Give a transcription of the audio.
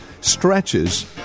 stretches